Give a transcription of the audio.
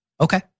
Okay